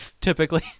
typically